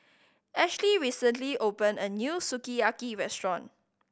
Ahleigh recently opened a new Sukiyaki Restaurant